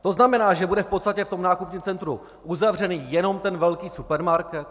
To znamená, že bude v podstatě v tom nákupním centru uzavřen jenom ten velký supermarket?